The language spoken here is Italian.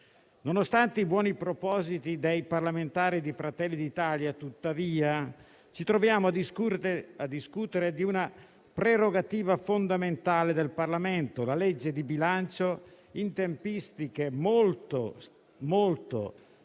Nonostante i buoni propositi dei parlamentari di Fratelli d'Italia, tuttavia, ci troviamo a discutere di una prerogativa fondamentale del Parlamento, la legge di bilancio, con tempistiche molto, troppo